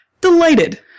Delighted